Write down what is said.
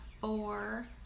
four